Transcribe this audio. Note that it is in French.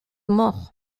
morts